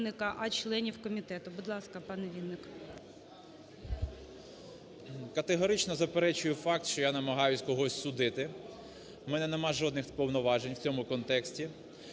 Категорично заперечую факт, що я намагаюсь когось судити, в мене нема жодних повноважень в цьому контексті.